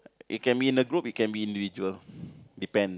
it can be in a group it can be individual depends